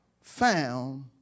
found